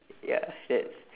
ya that